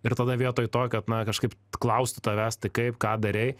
ir tada vietoj to kad na kažkaip klausti tavęs tai kaip ką darei